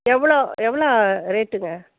எவ்வளோ எவ்வளோ ரேட்டுங்க